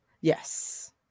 Yes